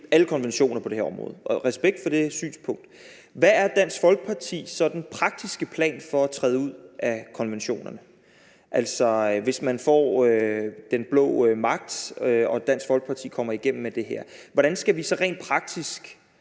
alle konventioner på det her område. Respekt for det synspunkt. Hvad er Dansk Folkepartis sådan praktiske plan for at træde ud af konventionerne? Altså, hvis man får den blå magt og Dansk Folkeparti kommer igennem med det her, hvordan skal vi så rent praktisk